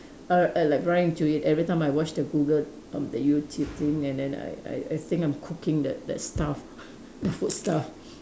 uh like I run into it everytime I watch the Google erm the YouTube thing and then I I I think I'm cooking that that stuff the food stuff